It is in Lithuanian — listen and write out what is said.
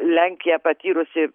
lenkija patyrusi